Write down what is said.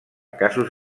casos